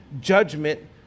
judgment